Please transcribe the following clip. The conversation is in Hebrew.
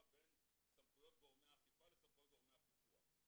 בין סמכויות גורמי האכיפה לסמכויות גורמי הפיקוח.